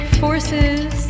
forces